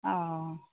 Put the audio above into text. অঁ